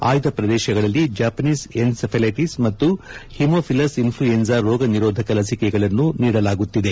ಆಯ್ದ ಪ್ರದೇಶಗಳಲ್ಲಿ Japanese encephalitis ಮತ್ತು ಹಿಮೊಫಿಲಸ್ ಇನ್ಫ್ಲುಯೆಂಜಾ ರೋಗ ನಿರೋಧಕ ಲಸಿಕೆಗಳನ್ನು ನೀಡಲಾಗುತ್ತಿದೆ